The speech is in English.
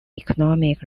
economic